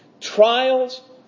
Trials